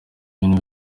ibintu